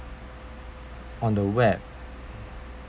on the web